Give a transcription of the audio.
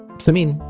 samin,